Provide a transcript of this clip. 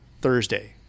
Thursday